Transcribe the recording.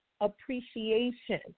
appreciation